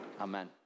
Amen